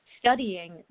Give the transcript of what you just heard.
studying